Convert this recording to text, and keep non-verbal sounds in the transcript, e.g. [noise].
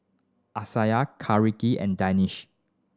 Amsyar [unintelligible] and Danish